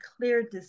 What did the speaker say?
clear